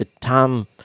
Tom